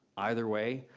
either way,